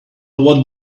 what